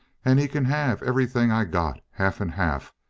and he can have everything i got, half and half,